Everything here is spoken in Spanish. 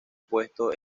puesto